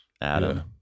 adam